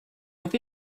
with